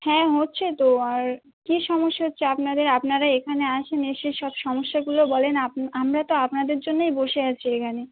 হ্যাঁ হচ্ছে তো আর কী সমস্যা হচ্ছে আপনাদের আপনারা এখানে আসুন এসে সব সমস্যাগুলো বলুন আপ আমরা তো আপনাদের জন্যেই বসে আছি এখানে